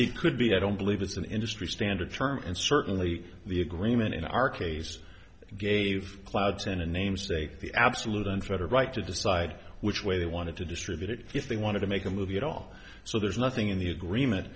it could be i don't believe it's an industry standard term and certainly the agreement in our case gave clouds and the namesake the absolute unfettered right to decide which way they wanted to distribute it if they wanted to make a movie at all so there's nothing in the agreement